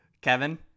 Kevin